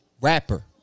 rapper